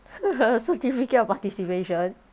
certificate of participation